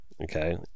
okay